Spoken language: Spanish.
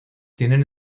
tienen